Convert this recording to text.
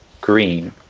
green